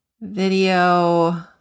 Video